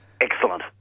Excellent